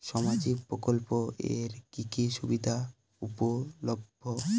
সামাজিক প্রকল্প এর কি কি সুবিধা উপলব্ধ?